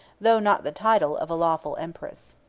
though not the title, of a lawful empress.